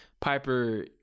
Piper